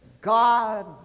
God